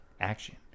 Action